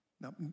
Now